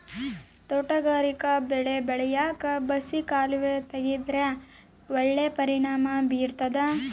ತೋಟಗಾರಿಕಾ ಬೆಳೆ ಬೆಳ್ಯಾಕ್ ಬಸಿ ಕಾಲುವೆ ತೆಗೆದ್ರ ಒಳ್ಳೆ ಪರಿಣಾಮ ಬೀರ್ತಾದ